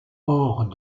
hors